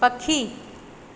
पखी